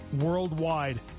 worldwide